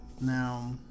Now